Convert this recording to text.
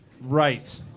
Right